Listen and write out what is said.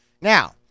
Now